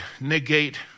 negate